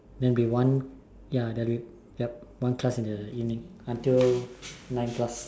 then be one ya yup one class in the evening until nine plus